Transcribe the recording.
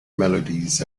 melodies